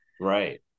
Right